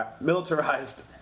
militarized